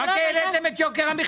העליתם את יוקר המחיה.